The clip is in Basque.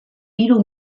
hiru